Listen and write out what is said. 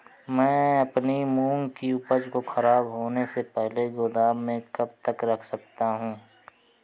मैं अपनी मूंग की उपज को ख़राब होने से पहले गोदाम में कब तक रख सकता हूँ?